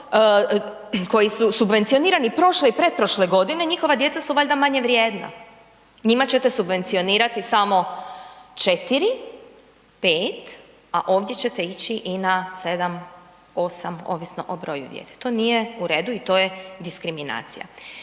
koji su subvencionirani prošle i pretprošle godine, njihova djeca su valjda manje vrijedna, njima ćete subvencionirati samo 4, 5, a ovdje ćete ići i na 7, 8 ovisno o broju djece. To nije u redu i to je diskriminacija.